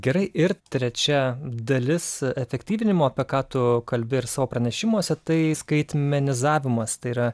gerai ir trečia dalis efektyvinimo apie ką tu kalbi ir savo pranešimuose tai skaitmenizavimas tai yra